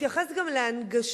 מתייחס גם להנגשה,